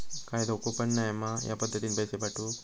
काय धोको पन नाय मा ह्या पद्धतीनं पैसे पाठउक?